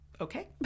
Okay